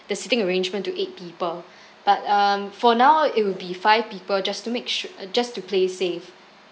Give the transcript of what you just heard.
the seating arrangement to eight people but um for now it will be five people just to make sure just to play safe